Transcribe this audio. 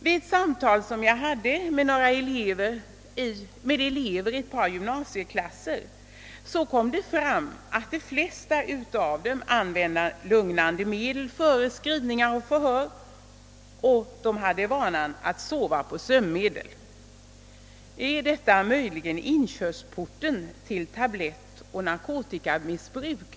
Vid samtal med elever i några gymnasieklasser kom det t.ex. fram att de flesta använde lugnande medel före skrivningar och förhör och att de hade för vana att sova på sömnmedel. Är detta möjligen inkörsporten till tablettoch narkotikamissbruk?